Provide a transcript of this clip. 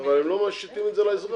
הם לא משיתים את זה על האזרח.